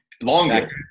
Longer